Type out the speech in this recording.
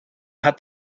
hat